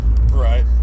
Right